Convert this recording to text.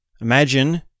Imagine